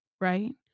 Right